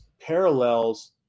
parallels